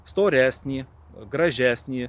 storesnį gražesnį